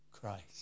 Christ